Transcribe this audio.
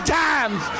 times